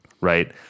right